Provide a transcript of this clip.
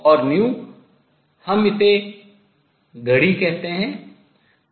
और हम इसे घड़ी कहते हैं